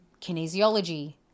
kinesiology